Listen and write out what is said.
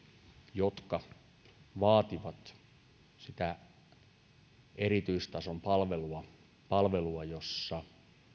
jotka vaativat erityistason palvelua palvelua jossa